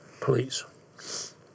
Please